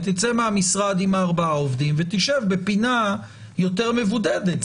ותצא מהמשרד עם ה-4 עובדים ותשב בפינה יותר מבודדת.